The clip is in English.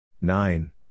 Nine